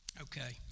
Okay